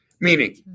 Meaning